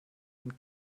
man